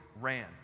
ran